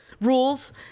rules